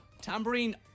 Tambourine